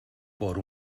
por